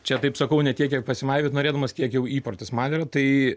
čia taip sakau ne tiek kiek pasimaivyt norėdamas kiek jau įprotis man yra tai